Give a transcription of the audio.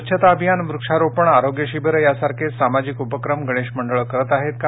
स्वच्छता अभियान वृक्षारोपण आरोग्य शिबिर यासारखे सामाजिक उपक्रम गणेश मंडळे करीत आहेत का